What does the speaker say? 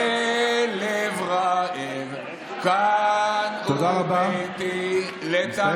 בלב רעב, / כאן הוא ביתי" לתמיד.